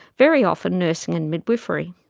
very often nursing and midwifery.